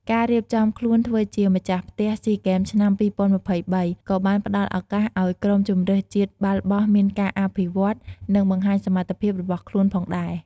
ការរៀបចំខ្លួនធ្វើជាម្ចាស់ផ្ទះស៊ីហ្គេមឆ្នាំ ២០២៣ ក៏បានផ្តល់ឱកាសឱ្យក្រុមជម្រើសជាតិបាល់បោះមានការអភិវឌ្ឍន៍ និងបង្ហាញសមត្ថភាពរបស់ខ្លួនផងដែរ។